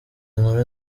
inkuru